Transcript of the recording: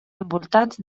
envoltats